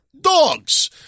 dogs